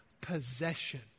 possession